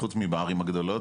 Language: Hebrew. חוץ מבערים הגדולות,